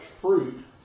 fruit